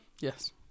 Yes